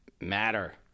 matter